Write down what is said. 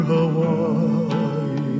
Hawaii